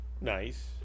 nice